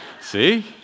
See